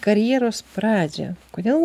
karjeros pradžią kodėl